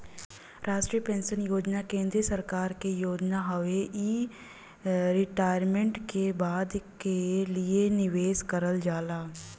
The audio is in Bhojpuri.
राष्ट्रीय पेंशन योजना केंद्रीय सरकार क योजना हउवे इ रिटायरमेंट के बाद क लिए निवेश करल जाला